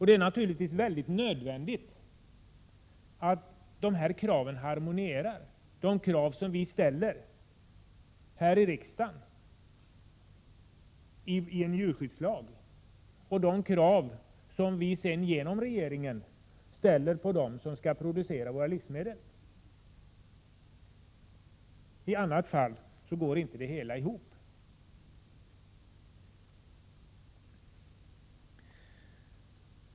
Det är nödvändigt att de krav som vi ställer här i riksdagen, och som leder fram till en djurskyddslag, och de krav som vi sedan genom regeringen ställer på dem som skall producera våra livsmedel harmonierar. I annat fall går inte det hela ihop.